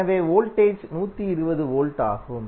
எனவே voltage 120 volt ஆகும்